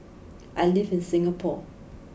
I live in Singapore